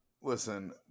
Listen